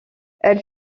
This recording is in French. elle